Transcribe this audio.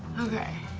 okay.